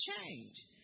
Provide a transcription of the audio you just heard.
change